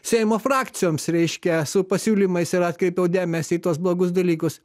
seimo frakcijoms reiškia su pasiūlymais ir atkreipiau dėmesį į tuos blogus dalykus